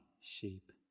sheep